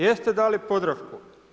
Jeste dali Podravku?